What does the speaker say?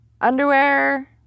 Underwear